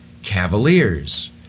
cavaliers